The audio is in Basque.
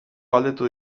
galdetu